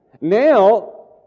now